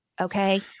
Okay